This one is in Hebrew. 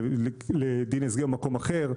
לדין הסגר במקום אחר,